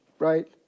Right